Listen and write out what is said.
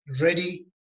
ready